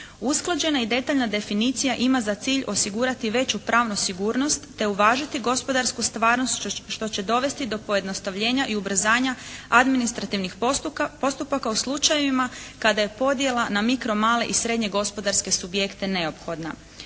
Usklađena i detaljna definicija ima za cilj osigurati veću pravnu sigurnost te uvažiti gospodarsku stvarnost što će dovesti do pojednostavljenja i ubrzanja administrativnih postupaka u slučajevima kada je podjela na mikro male i srednje gospodarske subjekte neophodna.